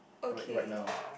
like right now